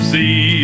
See